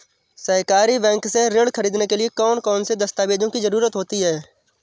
सहकारी बैंक से ऋण ख़रीदने के लिए कौन कौन से दस्तावेजों की ज़रुरत होती है?